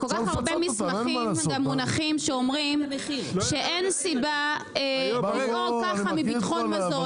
כל כך הרבה מסמכים גם מונחים שאומרים שאין סיבה לדאוג ככה מביטחון מזון.